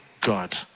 God